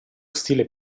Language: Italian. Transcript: stile